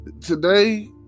today